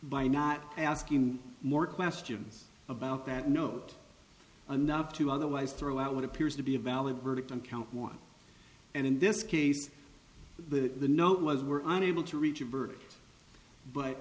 by not asking more questions about that note enough to otherwise throw out what appears to be a valid verdict on count one and in this case the note was were unable to reach a verdict but